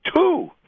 Two